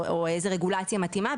או איזו רגולציה מתאימה?